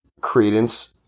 credence